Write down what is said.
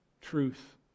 truth